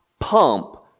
Pump